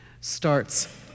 starts